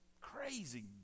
crazy